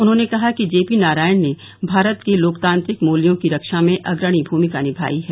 उन्होंने कहा कि जेपी नारायण ने भारत के लोकतांत्रिक मूल्यों की रक्षा में अग्रणी भूमिका निभाई है